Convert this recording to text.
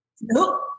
nope